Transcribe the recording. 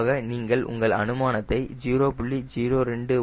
பொதுவாக நீங்கள் உங்கள் அனுமானத்தை 0